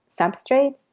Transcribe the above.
substrate